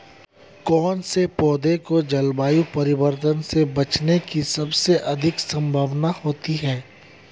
कौन से पौधे को जलवायु परिवर्तन से बचने की सबसे अधिक संभावना होती है?